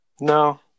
No